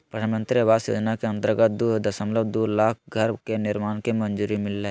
प्रधानमंत्री आवास योजना के अंतर्गत दू दशमलब दू लाख घर के निर्माण के मंजूरी मिललय